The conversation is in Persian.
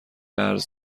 قرض